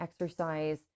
exercise